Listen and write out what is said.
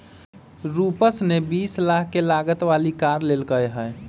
रूपश ने बीस लाख के लागत वाली कार लेल कय है